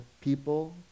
people